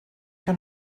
que